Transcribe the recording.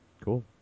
Cool